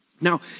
Now